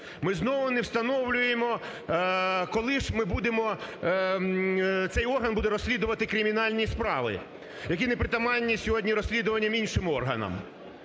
ми знову не встановлюємо коли ж ми будемо, цей орган буде розслідувати кримінальні справи, які непритаманні сьогодні розслідуванням іншим органам.